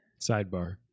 Sidebar